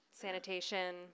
sanitation